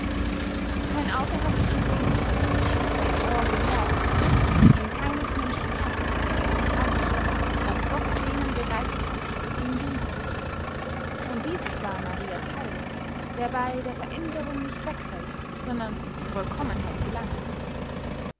kein auge hats gesehen kein ohr gehört in keines menschen herz ists gekommen was gott denen bereitet hat die ihn lieben und dieses war maria theil der bey der veränderung nicht wegfällt sondern zur vollkommenheit gelangt